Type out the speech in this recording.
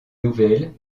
nouvelles